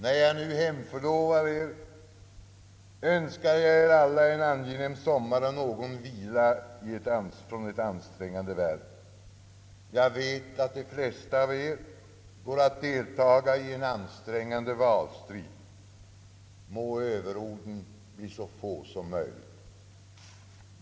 När jag nu hemförlovar er önskar jag er alla en angenäm sommar och någon vila från ett ansträngande värv. Jag vet att de flesta av er går att deltaga i en ansträngande valstrid. Må överorden bli så få som möjligt!